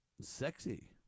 sexy